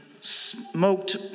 smoked